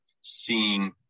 seeing